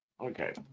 Okay